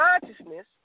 consciousness